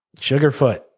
Sugarfoot